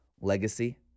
legacy